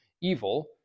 evil